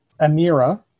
Amira